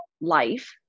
life